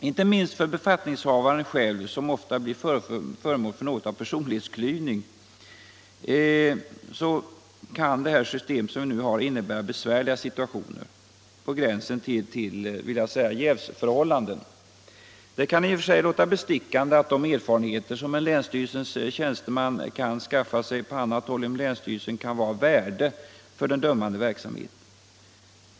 Inte minst för befattnings — förvaltning havaren själv, som ofta blir offer för något av en personlighetsklyvning, kan det nuvarande systemet innebära besvärliga situationer, på gränsen till jävsförhållande. Det kan i och för sig låta bestickande att de erfarenheter, som en länsstyrelsens tjänsteman kan skaffa sig på annat håll inom länsstyrelsen, kan vara av värde för den dömande verksamheten.